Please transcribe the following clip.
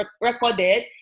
recorded